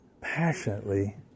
passionately